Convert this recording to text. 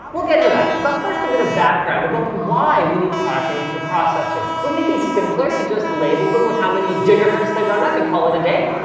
we'll get to that. but first a bit of background about why we need product names for processors. wouldn't it be simpler to just label them with how many gigahertz they run at and call it a day?